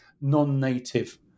non-native